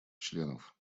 членов